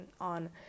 on